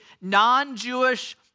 non-Jewish